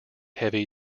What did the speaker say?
heavy